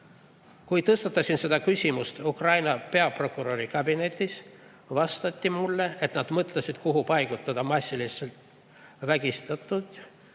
Kui tõstatasin selle küsimuse Ukraina peaprokuröri kabinetis, vastati mulle, et nad mõtlesid, kuhu paigutada massilised vägistamised,